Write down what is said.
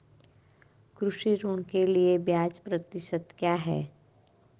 कृषि ऋण के लिए ब्याज प्रतिशत क्या है?